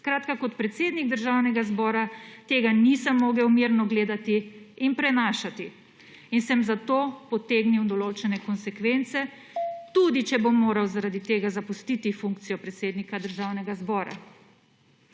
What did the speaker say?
Skratka, kot predsednik Državnega zbora tega nisem mogel mirno gledati in prenašati in sem zato potegnil določene konsekvence / znak za konec razprave/, tudi če bom moral zaradi tega zapustiti funkcijo predsednika Državnega zbora.«